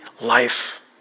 life